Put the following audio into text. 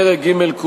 פרק ג' כולו,